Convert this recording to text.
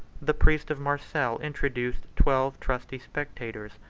the priest of marseilles introduced twelve trusty spectators,